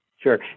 Sure